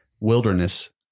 wilderness